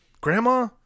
Grandma